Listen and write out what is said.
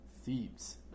Thebes